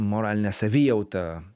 moralinę savijautą